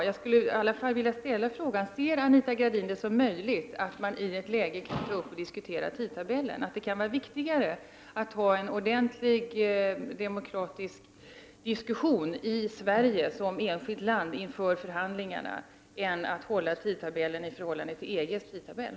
Men jag skulle ändå vilja ställa frågan om Anita Gradin ser det som möjligt att man kan ta upp och diskutera frågan om tidtabellen och att det kan vara viktigare att ha en ordentlig och demokratisk diskussion, i Sverige som enskilt land, inför förhandlingarna i stället för att hålla tidtabellen i förhållande till EG:s tidtabell.